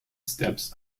steps